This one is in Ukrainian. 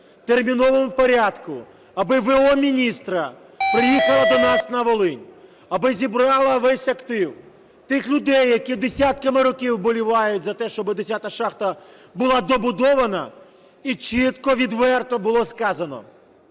в терміновому порядку, аби в.о. міністра приїхала до нас на Волинь, аби зібрала весь актив тих людей, які десятками років вболівають за те, щоб 10-а шахта була добудована і чітко, відверто було сказано,